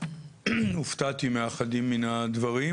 הופתעתי מאחדים מן הדברים,